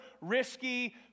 risky